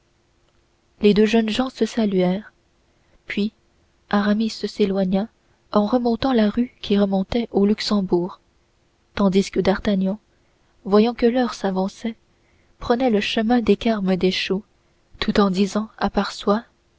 les deux jeunes gens se saluèrent puis aramis s'éloigna en remontant la rue qui remontait au luxembourg tandis que d'artagnan voyant que l'heure s'avançait prenait le chemin des carmes deschaux tout en disant à part soi